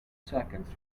seconds